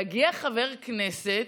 מגיע חבר כנסת,